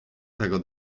tego